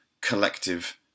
collective